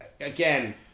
again